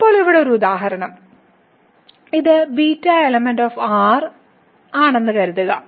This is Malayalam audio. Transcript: ഇപ്പോൾ ഇവിടെ ഒരു ഉദാഹരണം ഇത് അനുവദിക്കുക